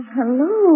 hello